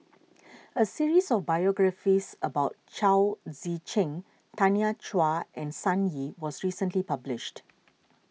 a series of biographies about Chao Tzee Cheng Tanya Chua and Sun Yee was recently published